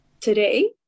Today